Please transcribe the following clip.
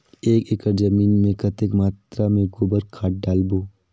एक एकड़ जमीन मे कतेक मात्रा मे गोबर खाद डालबो?